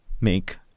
make